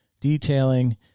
detailing